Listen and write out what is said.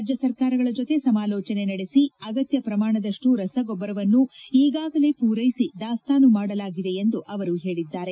ರಾಜ್ಯ ಸರ್ಕಾರಗಳ ಜೊತೆ ಸಮಾಲೋಚನೆ ನಡೆಸಿ ಅಗತ್ಯ ಪ್ರಮಾಣದಷ್ಟು ರಸಗೊಬ್ಬರವನ್ನು ಈಗಾಗಲೇ ಪೂರೈಸಿ ದಾಸ್ತಾನು ಮಾಡಲಾಗಿದೆ ಎಂದು ಅವರು ಹೇಳಿದ್ದಾರೆ